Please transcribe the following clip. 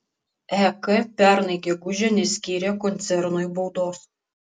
ek pernai gegužę neskyrė koncernui baudos